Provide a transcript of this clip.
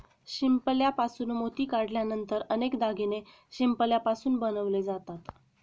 शिंपल्यापासून मोती काढल्यानंतर अनेक दागिने शिंपल्यापासून बनवले जातात